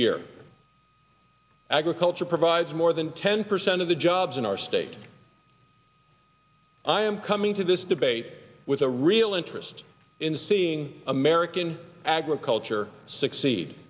year agriculture provides more than ten percent of the jobs in our state i am coming to this debate with a real interest in seeing american agriculture succeed